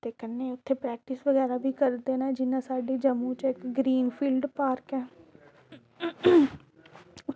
ते कन्नै इत्थें प्रैक्टिस बगैरा बी करदे न जि'यां साढ़े जम्मू च इक्क ग्रीन बेल्ट पार्क ऐ